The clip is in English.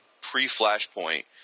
pre-Flashpoint